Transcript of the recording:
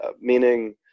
meaning